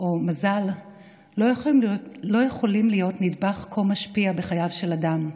או מזל לא יכולים להיות נדבך כה משפיע בחייו של אדם.